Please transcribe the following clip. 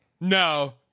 No